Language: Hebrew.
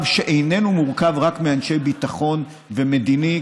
שאיננו מורכב רק מאנשי ביטחון ומדינאים,